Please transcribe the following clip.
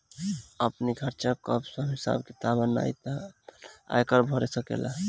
आपनी खर्चा कअ सब हिसाब किताब बनाई के तू आपन आयकर भर सकेला